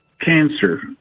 cancer